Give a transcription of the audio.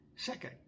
Second